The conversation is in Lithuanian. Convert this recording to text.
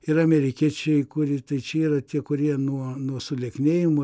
ir amerikiečiai kuri čia yra tie kurie nuo nuo sulieknėjimo